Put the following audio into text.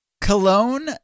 Cologne